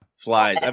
Flies